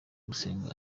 gusenga